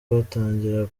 batangira